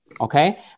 Okay